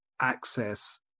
access